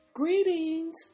Greetings